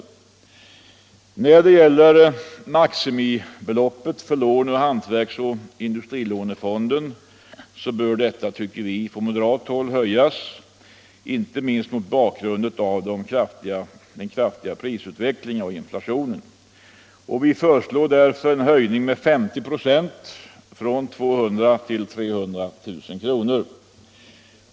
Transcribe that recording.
När det gäller maximibeloppet för lån ur hantverks och industrilånefonden bör detta. anser vi från moderat håll. höjas. inte minst mot bakgrund av den kraftiga prisutvecklingen och inflationen: Vi föreslår därför en höjning med 50 96, alltså från 200 000 till 300 000 kr.